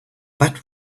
but